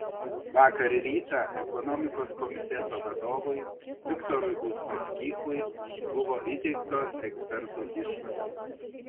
vakar rytą ekonomikos komiteto vadovui viktorui uspaskichui buvo įteiktos ekspertų išvados